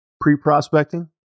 Pre-prospecting